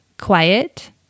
quiet